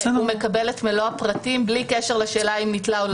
והוא מקבל את מלוא הפרטים בלי קשר לשאלה אם ניטלה בדיקה או לא.